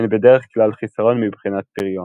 הן בדרך כלל חיסרון מבחינת פריון.